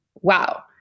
wow